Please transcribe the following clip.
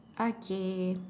okay